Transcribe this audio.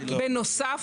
שאלות?